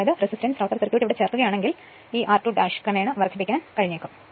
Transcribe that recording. അതിനാൽ ക്രമേണ അത് വർദ്ധിപ്പിക്കാൻ കഴിയും